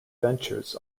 ventures